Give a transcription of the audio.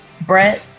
Brett